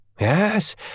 Yes